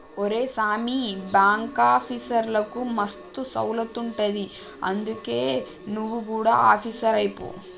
ఒరే సామీ, బాంకాఫీసర్లకు మస్తు సౌలతులుంటయ్ గందుకే నువు గుడ ఆపీసరువైపో